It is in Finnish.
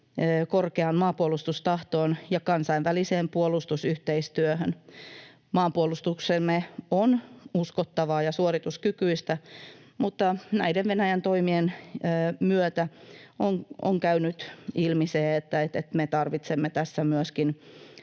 korkeaan maanpuolustustahtoon ja kansainväliseen puolustusyhteistyöhön. Maanpuolustuksemme on uskottavaa ja suorituskykyistä, mutta näiden Venäjän toimien myötä on käynyt ilmi, että me tarvitsemme tässä myöskin